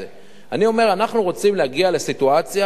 אני אומר שאנחנו רוצים להגיע לסיטואציה